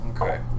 Okay